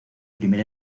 primer